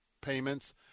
payments